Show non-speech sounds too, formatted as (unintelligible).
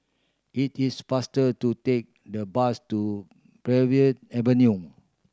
it is faster to take the bus to (unintelligible) Avenue